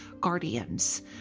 guardians